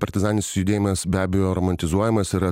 partizaninis judėjimas be abejo romantizuojamas yra